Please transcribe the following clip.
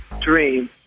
dream